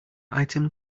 item